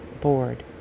board